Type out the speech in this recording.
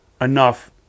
enough